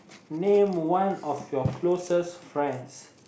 name one of your closest friends